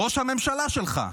ראש הממשלה שלך.